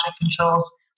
controls